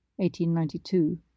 1892